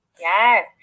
Yes